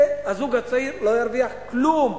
זה, הזוג הצעיר לא ירוויח כלום.